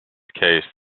case